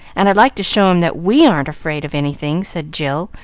and i'd like to show him that we aren't afraid of anything, said jill,